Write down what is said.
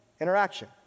interaction